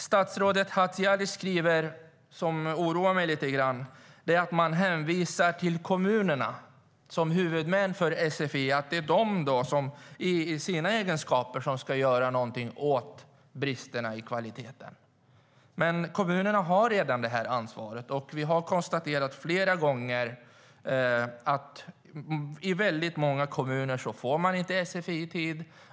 Statsrådet Hadzialic skriver något som oroar mig lite grann. Hon hänvisar till kommunerna som huvudmän för sfi. Det är de som i den egenskapen ska göra någonting åt bristerna i kvaliteten. Men kommunerna har redan det ansvaret, och vi har konstaterat flera gånger att väldigt många kommuner inte erbjuder sfi i tid.